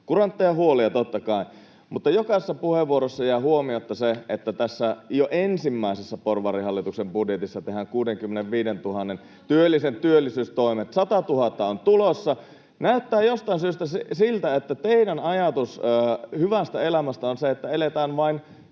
kurantteja huolia, totta kai. Mutta jokaisessa puheenvuorossa jää huomiotta se, että jo tässä ensimmäisessä porvarihallituksen budjetissa tehdään 65 000 työllisen työllisyystoimet, 100 000 on tulossa. Näyttää jostain syystä siltä, että teidän ajatuksenne hyvästä elämästä on se, että eletään vain